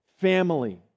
Family